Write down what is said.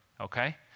okay